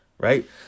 Right